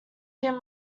him